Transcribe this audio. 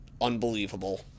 Unbelievable